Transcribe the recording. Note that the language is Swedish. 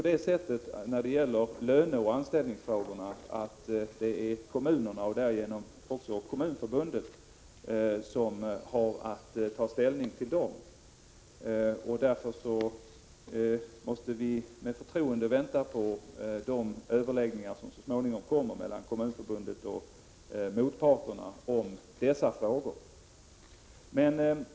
Det är kommunerna och därigenom Kommunförbundet som har att ta ställning till löneoch anställningsfrågor. Därför måste vi med förtroende vänta på de överläggningar som så småningom kommer mellan Kommunförbundet och motparterna.